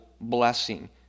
blessing